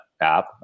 app